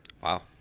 Wow